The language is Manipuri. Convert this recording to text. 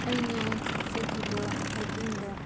ꯑꯩꯅ ꯆꯠꯆꯈꯤꯕ ꯍꯥꯏꯀꯤꯡꯗ